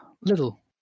Little